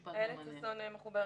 ששון,